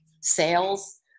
sales